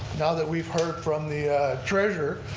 now that we've heard from the treasurer,